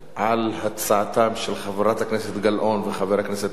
על ההצעות של חברת הכנסת גלאון וחבר הכנסת מג'אדלה,